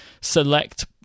select